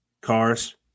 cars